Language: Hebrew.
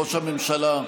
ראש הממשלה.